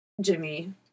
Jimmy